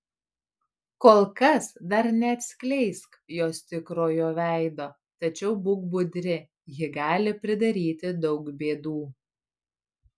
kol kas dar neatskleisk jos tikrojo veido tačiau būk budri ji gali pridaryti daug bėdų